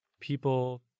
people